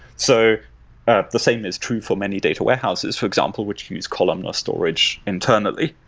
so ah the same is true for many data warehouses, for example, which use columnar storage internally.